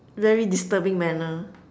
very disturbing manner